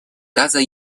газа